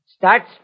Starts